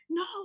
no